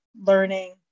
learning